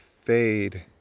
fade